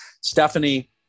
Stephanie